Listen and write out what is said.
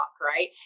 right